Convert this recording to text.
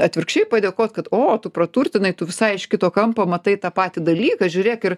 atvirkščiai padėkot kad o tu praturtinai tu visai iš kito kampo matai tą patį dalyką žiūrėk ir